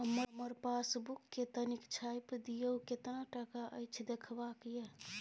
हमर पासबुक के तनिक छाय्प दियो, केतना टका अछि देखबाक ये?